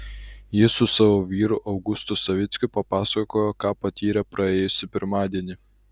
ji su savo vyru augustu savickiu papasakojo ką patyrė praėjusį pirmadienį